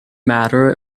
matter